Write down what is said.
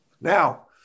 Now